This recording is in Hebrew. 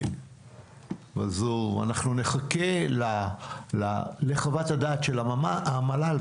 אנחנו נחכה לחוות הדעת של המל"ל,